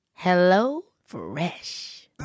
HelloFresh